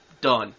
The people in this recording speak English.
done